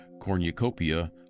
cornucopia